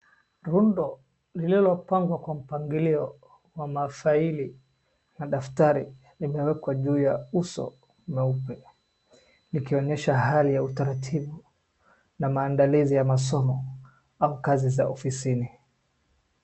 Rundo lililopangwa kwa mpangilio wa mafaili na daftari limewekwa juu ya uso mweupe, likionyesha hali ya utaratibu na maandalizi ya masomo au kazi za ofisini.